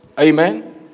Amen